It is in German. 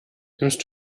nimmst